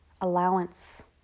allowance